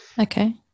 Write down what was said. Okay